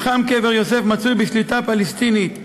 מתחם קבר יוסף מצוי בשליטה פלסטינית,